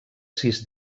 sis